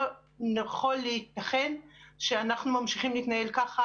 לא ייתכן שאנחנו ממשיכים להתנהל ככה,